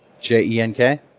J-E-N-K